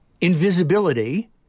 invisibility